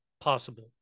possible